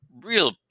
real